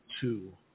two